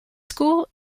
school